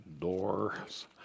doors